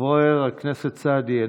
חבר הכנסת סעדי,